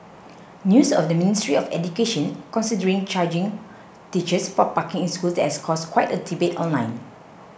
news of the Ministry of Education considering charging teachers for parking in schools has caused quite a debate online